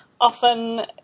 often